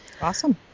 Awesome